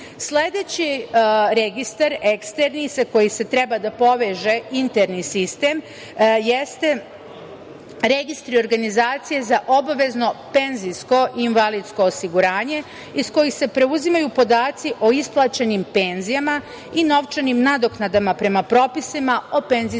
registar, eksterni sa kojim treba da se poveže interni sistem jeste registri organizacija za obavezno penzijsko i invalidsko osiguranje iz kojih se preuzimaju podaci o isplaćenim penzijama i novčanim nadoknadama prema propisima o PIO.